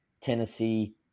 Tennessee